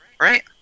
Right